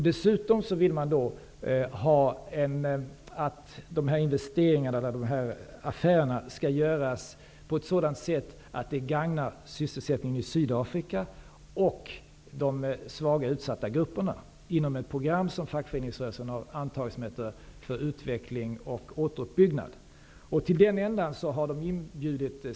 Dessutom vill man att investeringarna och affärerna skall göras så att de gagnar sysselsättningen och de svaga utsatta grupperna i Sydafrika, inom programmet För utveckling och återuppbyggnad, som fackföreningsrörelsen har antagit.